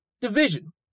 division